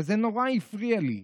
זה נורא הפריע לי.